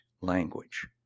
language